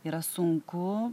yra sunku